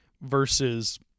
versus –